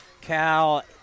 Cal